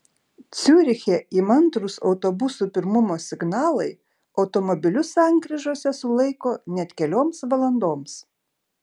ciuriche įmantrūs autobusų pirmumo signalai automobilius sankryžose sulaiko net kelioms valandoms